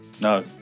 No